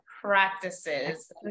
Practices